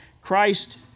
Christ